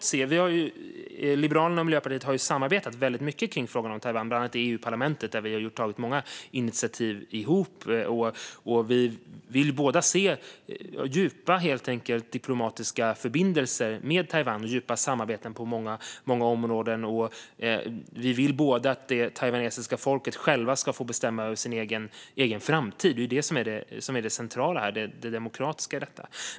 Liberalerna och Miljöpartiet har samarbetat väldigt mycket kring frågan om Taiwan, bland annat i EU-parlamentet där vi tagit många initiativ ihop. Vi vill båda se djupa diplomatiska förbindelser med Taiwan, liksom djupa samarbeten på många områden, och vi vill båda att det taiwanesiska folket självt ska få bestämma över sin egen framtid. Det är det som är det centrala här - det demokratiska i detta.